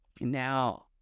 Now